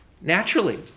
naturally